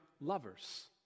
lovers